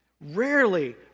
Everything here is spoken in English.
Rarely